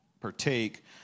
partake